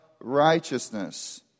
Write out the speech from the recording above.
righteousness